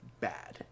bad